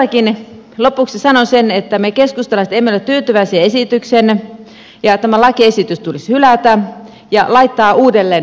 todellakin lopuksi sanon sen että me keskustalaiset emme ole tyytyväisiä esitykseenne ja tämä lakiesitys tulisi hylätä ja laittaa uudelleen valmisteluun